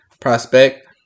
prospect